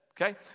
Okay